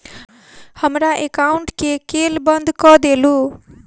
हमरा एकाउंट केँ केल बंद कऽ देलु?